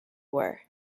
were